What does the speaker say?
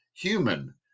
human